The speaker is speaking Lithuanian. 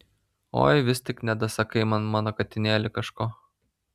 oi vis tik nedasakai man mano katinėli kažko